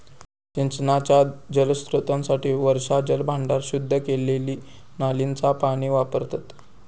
सिंचनाच्या जलस्त्रोतांसाठी वर्षाजल भांडार, शुद्ध केलेली नालींचा पाणी वापरतत